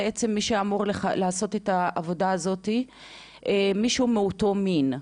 מי שאמור לעשות את העבודה הזאת הוא מישהו מאותו מין.